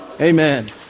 Amen